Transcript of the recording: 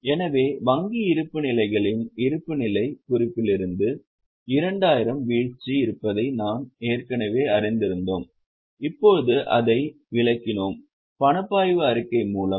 எனவே வங்கி இருப்புநிலைகளில் இருப்புநிலைக் குறிப்பிலிருந்து 2000 வீழ்ச்சி இருப்பதை நாம் ஏற்கனவே அறிந்திருந்தோம் இப்போது அதை விளக்கினோம் பணப்பாய்வு அறிக்கை மூலம்